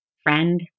friend